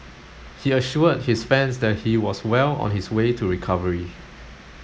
he assured his fans that he was well on his way to recovery